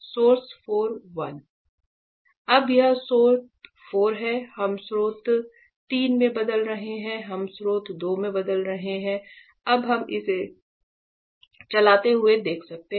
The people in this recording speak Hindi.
Source 4 1 स्रोत 4 1 अब यह स्रोत 4 में है हम स्रोत 3 में बदल रहे हैं हम स्रोत 2 में बदल रहे हैं अब हम इसे चलते हुए देख सकते हैं